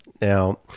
Now